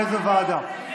הוועדה לביטחון הפנים?